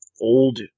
old